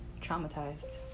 traumatized